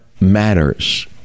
matters